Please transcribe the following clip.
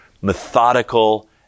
methodical